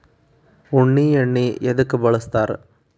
ಉಣ್ಣಿ ಎಣ್ಣಿ ಎದ್ಕ ಬಳಸ್ತಾರ್?